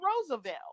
Roosevelt